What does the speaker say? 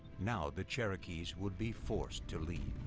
now the cherokees would be forced to leave